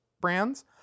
brands